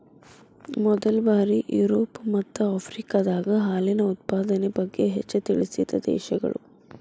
ಮೊದಲ ಬಾರಿ ಯುರೋಪ ಮತ್ತ ಆಫ್ರಿಕಾದಾಗ ಹಾಲಿನ ಉತ್ಪಾದನೆ ಬಗ್ಗೆ ಹೆಚ್ಚ ತಿಳಿಸಿದ ದೇಶಗಳು